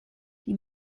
die